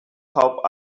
pop